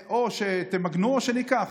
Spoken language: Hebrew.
או שתמגנו או שניקח.